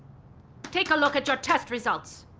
take a look at your test results.